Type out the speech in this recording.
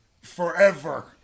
Forever